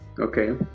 Okay